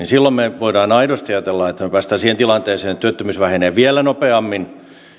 silloin me voimme aidosti ajatella että me pääsemme siihen tilanteeseen että työttömyys vähenee vielä nopeammin